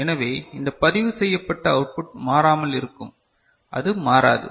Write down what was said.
எனவே இந்த பதிவு செய்யப்பட்ட அவுட்புட் மாறாமல் இருக்கும் அது மாறாது